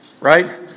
Right